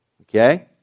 Okay